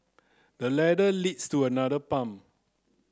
the ladder leads to another palm